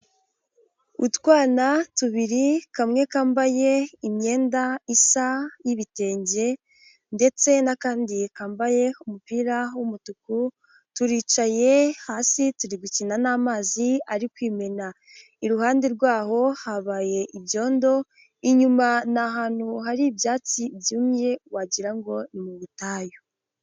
Utwana tubiri, kamwe kambaye imyenda isa y'ibitenge ndetse n'akandi kambaye umupira w'umutuku, turicaye hasi, turi gukina n'amazi ari kwimena, iruhande rwaho habaye ibyondo, inyuma ni ahantu hari ibyatsi byumye wagira ngo ni ubutayu.